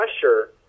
pressure